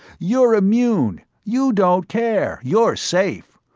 you're immune, you don't care, you're safe!